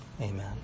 Amen